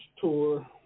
tour